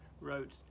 wrote